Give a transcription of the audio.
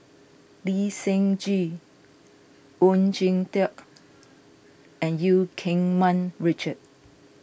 Lee Seng Gee Oon Jin Teik and Eu Keng Mun Richard